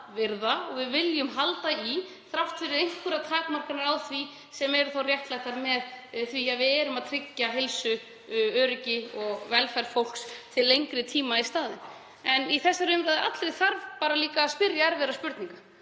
og við viljum halda í þrátt fyrir einhverjar takmarkanir á þeim sem eru þó réttlættar með því að verið er að tryggja heilsu, öryggi og velferð fólks til lengri tíma í staðinn. Í þessari umræðu allri þarf líka að spyrja erfiðra spurninga.